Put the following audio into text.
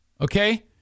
Okay